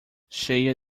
cheia